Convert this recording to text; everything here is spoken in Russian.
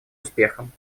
успехом